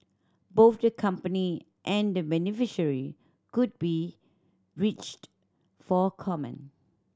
both the company and the beneficiary could be reached for comment